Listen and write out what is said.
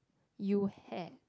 you had